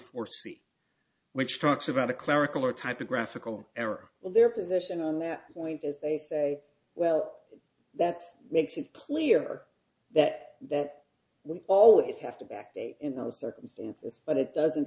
foresee which trucks about a clerical or typographical error or their position on that point is they say well that's makes it clear that that we always have to back date in those circumstances but it doesn't